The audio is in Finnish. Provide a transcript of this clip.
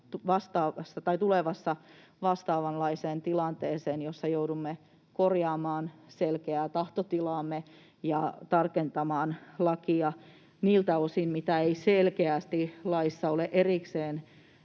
tulevassa vastaavanlaiseen tilanteeseen, jossa joudumme korjaamaan selkeää tahtotilaamme ja tarkentamaan lakia niiltä osin, mitä ei selkeästi laissa ole erikseen